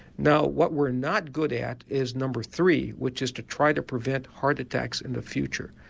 now what we're not good at is number three, which is to try to prevent heart attacks in the future.